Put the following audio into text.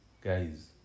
guys